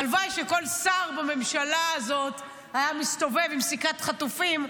הלוואי שכל שר בממשלה הזאת היה מסתובב עם סיכת חטופים.